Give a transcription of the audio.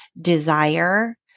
desire